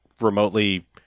Remotely